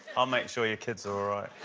i'll make sure your kids are alright.